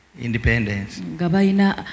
Independence